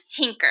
Hinker